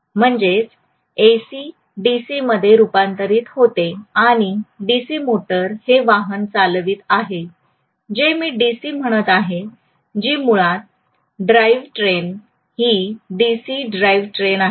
म्हणजेच एसी डीसीमध्ये रूपांतरित होते आणि डीसी मोटर हे वाहन चालवित आहे जे मी डीसी म्हणत आहे जी मुळात ड्राइव्ह ट्रेन ही डीसी ड्राईव्ह ट्रेन आहे